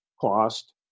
cost